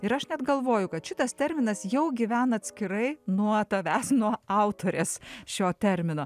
ir aš net galvoju kad šitas terminas jau gyvena atskirai nuo tavęs nuo autorės šio termino